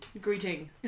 Greeting